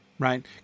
Right